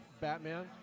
Batman